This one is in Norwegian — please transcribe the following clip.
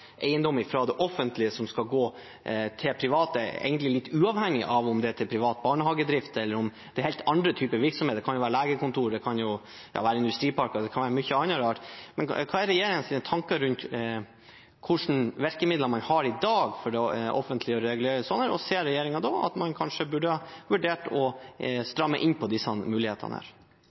fra det offentlige til private, uavhengig av om det er til privat barnehagedrift eller helt andre typer virksomhet. Det kan være til legekontor, industriparker og mye annet. Hva er regjeringens tanker rundt hvilke virkemidler man har i dag for å offentliggjøre og regulere det, og ser regjeringen at man kanskje burde vurdert å stramme inn på disse mulighetene?